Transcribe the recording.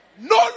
No